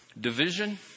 Division